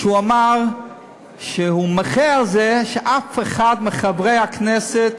כאשר הוא אמר שהוא מוחה על כך שאף אחד מחברי הכנסת